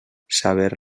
saber